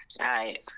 right